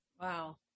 wow